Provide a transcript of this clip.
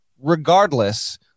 regardless